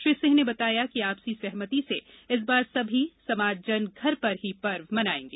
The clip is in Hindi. श्री सिंह ने बताया कि आपसी सहमति से इस बार सभी समाजजन घर पर ही पर्व मनाएंगे